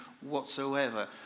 whatsoever